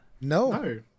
No